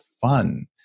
fun